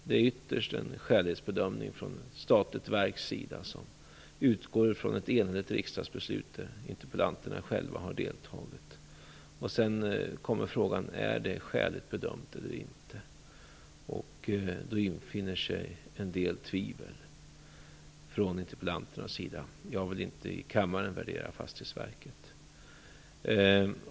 Det är ytterst en skälighetsbedömning från ett statligt verk som utgår från ett enigt riksdagsbeslut där interpellanterna själva har deltagit. När så frågan uppstår om det är skäligt bedömt eller inte infinner sig en del tvivel från interpellanternas sida. Jag vill inte i kammaren värdera Fastighetsverket.